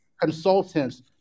consultants